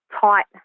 tight